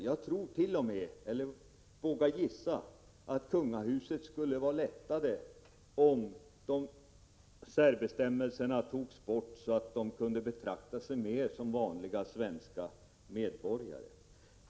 Jag vågar t.o.m. gissa att kungahusets medlemmar skulle vara lättade om särbestämmelserna togs bort så att de kunde betrakta sig mera som vanliga svenska medborgare.